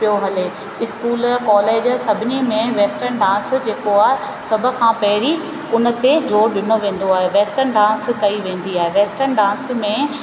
पियो हले school college सभिनी में वेस्टन डांस जेको आहे सभ खां पहरीं उन ते जोर ॾिनो वेंदो आहे वेस्टन डांस कई वेंदी आहे वेस्टन डांस में